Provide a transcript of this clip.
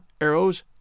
arrows